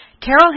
Carol